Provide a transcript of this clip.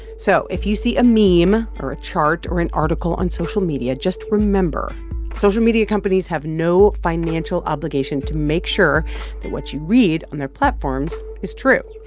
so if you see a meme or a chart or an article on social media, just remember social media companies have no financial obligation to make sure that what you read on their platforms is true,